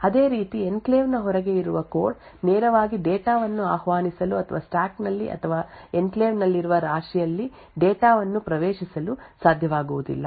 ಅದೇ ರೀತಿ ಎನ್ಕ್ಲೇವ್ ನ ಹೊರಗೆ ಇರುವ ಕೋಡ್ ನೇರವಾಗಿ ಡೇಟಾ ವನ್ನು ಆಹ್ವಾನಿಸಲು ಅಥವಾ ಸ್ಟಾಕ್ ನಲ್ಲಿ ಅಥವಾ ಎನ್ಕ್ಲೇವ್ ನಲ್ಲಿರುವ ರಾಶಿಯಲ್ಲಿ ಡೇಟಾ ವನ್ನು ಪ್ರವೇಶಿಸಲು ಸಾಧ್ಯವಾಗುವುದಿಲ್ಲ